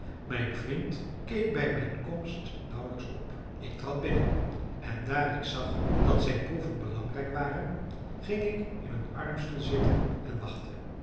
mijn vriend keek bij mijn komst nauwelijks op ik trad binnen en daar ik zag dat zijn proeven belangrijk waren ging ik in een armstoel zitten en wachtte